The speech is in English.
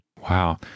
Wow